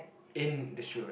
in the shoe rack